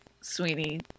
Sweeney